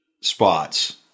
spots